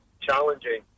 challenging